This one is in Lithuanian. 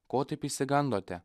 ko taip išsigandote